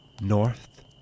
North